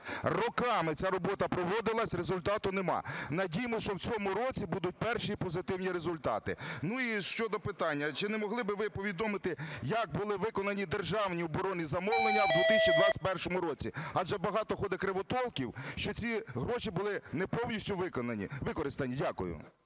Роками ця робота проводилася – результату нема. Надіємося, що в цьому році будуть перші позитивні результати. Ну, і щодо питання. Чи не могли би ви повідомити, як були виконані державні оборонні замовлення у 2021 році? Адже багато ходить кривотолків, що ці гроші були не повністю використані. Дякую.